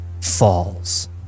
falls